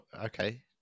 okay